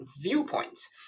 viewpoints